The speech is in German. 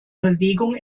bewegung